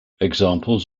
examples